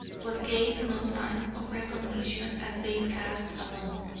but gave no sign of recognition as they passed along.